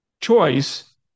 choice